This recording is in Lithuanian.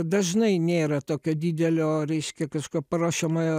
dažnai nėra tokio didelio reiškia kažko paruošiamojo